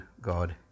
God